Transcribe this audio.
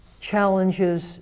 challenges